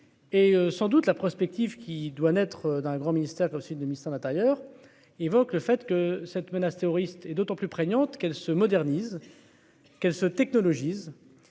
Et sans doute la prospective qui doit naître d'un grand ministère, au sud du ministère de l'Intérieur, évoque le fait que cette menace terroriste et d'autant plus prégnante qu'elle se modernise. Que se technologie